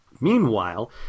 Meanwhile